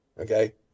Okay